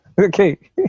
okay